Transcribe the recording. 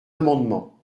amendement